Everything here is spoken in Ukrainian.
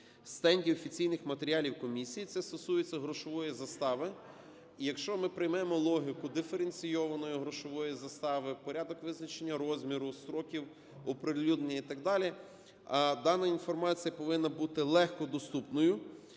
стенді офіційних матеріалів комісії". Це стосується грошової застави. І якщо ми приймемо логіку диференційованої грошової застави, порядок визначення розміру, строків оприлюднення і так далі, дана інформація повинна бути легкодоступною.